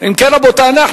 תודה.